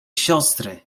siostry